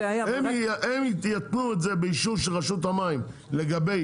הם יתנו את זה באישור של רשות המים לגבי